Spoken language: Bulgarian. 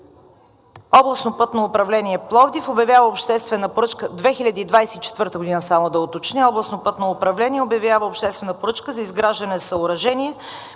областното пътно управление обявява обществена поръчка за изграждане на съоръжение,